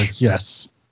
yes